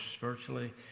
virtually